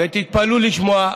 ותתפלאו לשמוע,